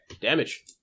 Damage